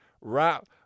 wrap